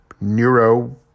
Neuro